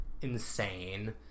insane